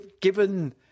given